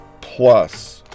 plus